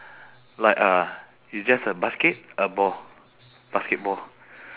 like uh it's just a basket a ball basketball